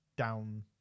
down